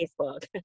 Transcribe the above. Facebook